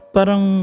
Parang